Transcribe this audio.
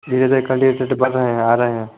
धीरे धीरे कंडीडेट बढ़ रहे है आ रहे हैं